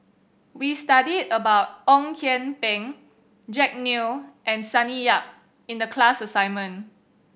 we studied about Ong Kian Peng Jack Neo and Sonny Yap in the class assignment